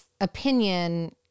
opinion